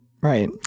Right